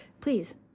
Please